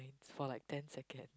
for like ten seconds